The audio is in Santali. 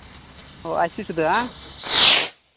ᱚ ᱟᱭᱥᱤ ᱥᱩᱫᱷᱟᱹᱜ ᱦᱮᱸᱵᱟᱝ